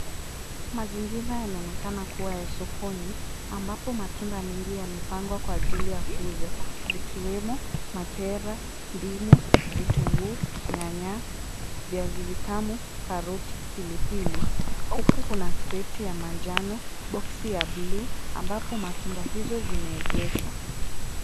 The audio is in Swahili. Mazingira yanaonekana kuwa ya sokoni ambapo matunda mengi yamepangwa kwa ajili ya kuuza, zikiwemo mapera, ndimu, vitunguu, nyanya, viazi vitamu, karoti, pilipili. Huku kuna kreti ya manjano, boksi ya bluu ambapo matunda hizi zimeegeshwa.